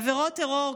עבירות טרור,